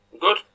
Good